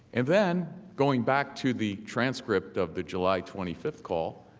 and then, going back to the transcript of the july twenty fifth call,